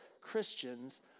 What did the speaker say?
Christians